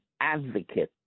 advocate